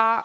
a